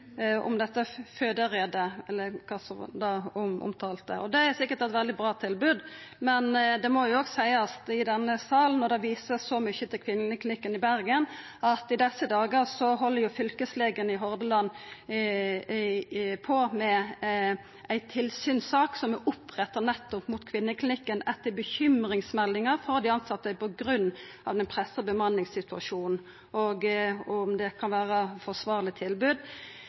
det omtalte Rede. Det er sikkert eit veldig bra tilbod, men det må òg seiast i denne salen, når det vert vist så mykje til Kvinneklinikken i Bergen, at i desse dagane held fylkeslegen i Hordaland på med ei tilsynssak som er oppretta nettopp mot Kvinneklinikken etter bekymringsmeldingar frå dei tilsette på grunn av den pressa bemanningssituasjonen – om det kan vera eit forsvarleg tilbod.